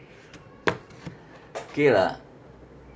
K lah